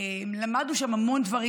למדנו שם המון דברים.